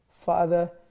Father